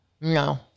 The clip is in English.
No